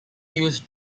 used